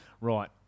right